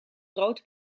rood